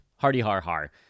Hardy-har-har